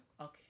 Okay